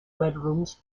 bedrooms